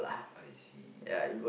I see